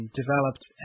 developed